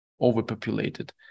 overpopulated